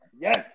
Yes